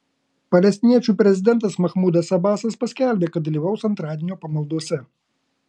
palestiniečių prezidentas mahmudas abasas paskelbė kad dalyvaus antradienio pamaldose